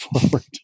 forward